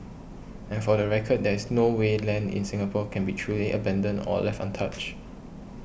and for the record there is no way land in Singapore can be truly abandoned or left untouched